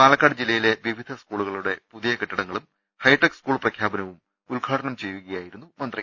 പാലക്കാട് ജില്ലയിലെ വിവിധ സ്കൂളുകളുടെ പുതിയ കെട്ടിടങ്ങളും ഹൈടെക്ക് സ്കൂൾ പ്രഖ്യാപനവും ഉദ്ഘാടനം ചെയ്യുകയായിരുന്നു മന്ത്രി